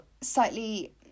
slightly